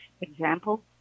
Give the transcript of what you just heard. example